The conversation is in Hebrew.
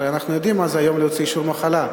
הרי אנחנו יודעים מה זה היום להוציא אישור מחלה,